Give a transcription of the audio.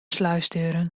sluisdeuren